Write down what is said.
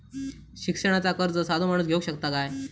शिक्षणाचा कर्ज साधो माणूस घेऊ शकता काय?